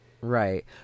Right